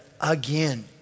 again